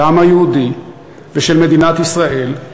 של העם היהודי ושל מדינת ישראל,